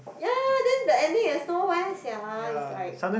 ya ya ya then the ending is no sia is like